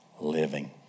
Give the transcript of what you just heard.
Living